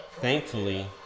thankfully